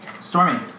Stormy